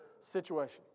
situation